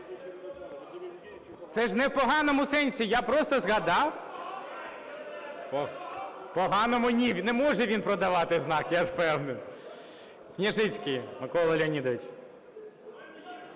Це ж не в поганому сенсі, я просто згадав. (Шум у залі) В поганому ні, не може він продавати знак, я ж впевнений. Княжицький Микола Леонідович.